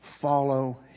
Follow